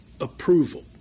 approval